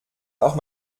auch